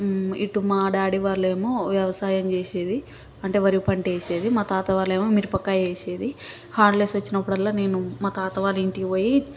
ఇటు మా డాడీ వాళ్ళేమో వ్యవ్యసాయం చేసేది అంటే వరిపంట వేసేది మా తాత వాళ్ళేమో మిరపకాయ వేసేది హాలిడేస్ వచ్చినప్పుడల్లా నేను మా తాత వాళ్ళింటికి పోయి